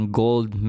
gold